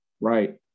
right